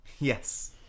Yes